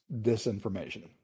disinformation